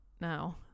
now